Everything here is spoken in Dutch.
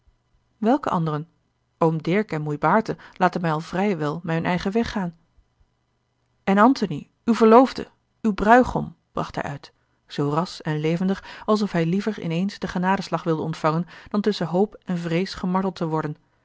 welke anderen oom dirk en moei baerte laten mij al vrij wel mijn eigen weg gaan en antony uw verloofde uw bruigom bracht hij uit zoo ras en levendig alsof hij liever in eens den genadeslag wilde ontvangen dan tusschen hoop en vrees gemarteld te worden